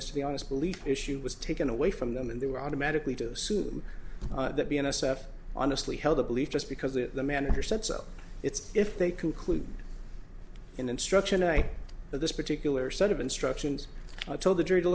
is to be honest belief issue was taken away from them and they were automatically to suit them that be n s f honestly held the belief just because the manager said so it's if they conclude in instruction i that this particular set of instructions told the jury to